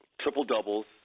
triple-doubles